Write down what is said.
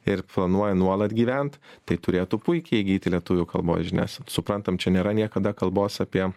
ir planuoja nuolat gyvent tai turėtų puikiai įgyti lietuvių kalbos žinias suprantam čia nėra niekada kalbos apie